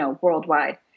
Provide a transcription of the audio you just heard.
worldwide